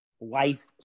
life